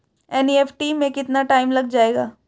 NEFT में कितना time लग जाएगा?